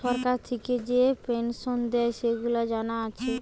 সরকার থিকে যে পেনসন দেয়, সেগুলা জানা আছে